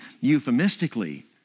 euphemistically